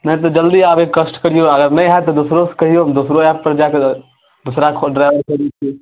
नहि तऽ जल्दी आबैके कष्ट करियौ अगर नहि हैत तऽ दोसरोके कहियौ दोसरो आयत तऽ जाए कऽ दोसरा कोन ड्राइवर करी